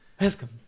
Welcome